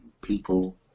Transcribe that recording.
people